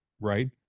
right